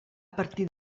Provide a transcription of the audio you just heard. partir